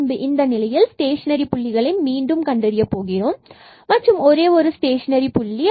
பின்பு இந்த நிலையில் ஸ்டேஷனரி புள்ளிகளை மீண்டும் கண்டறிய போகிறோம் மற்றும் ஒரே ஒரு ஸ்டேஷனரி புள்ளி